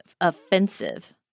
offensive